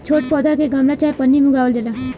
छोट पौधा के गमला चाहे पन्नी में उगावल जाला